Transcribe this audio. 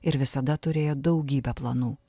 ir visada turėjo daugybę planų